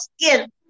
skin